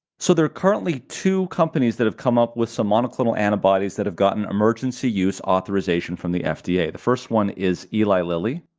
so there are currently two companies that have come up with some monoclonal antibodies that have gotten emergency use authorization from the fda. the first one is eli lilly,